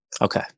Okay